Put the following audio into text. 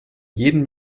jeden